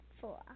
Four